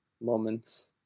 moments